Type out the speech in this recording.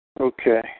Okay